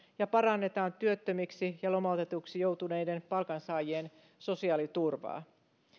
ja parannetaan työttömiksi ja lomautetuiksi joutuneiden palkansaajien sosiaaliturvaa